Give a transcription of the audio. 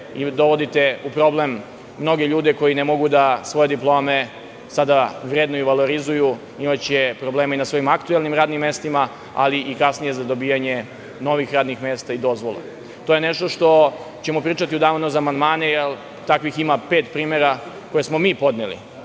Dovodite u problem mnoge ljude koji ne mogu da svoje diplome sada vrednuju, valorizuju. Imaće probleme i na svojim aktuelnim radnim mestima, ali i kasnije za dobijanje novih radnih mesta i dozvola. To je nešto o čemu ćemo pričati u danu za amandmane, jer takvih ima pet primera koje smo mi podneli.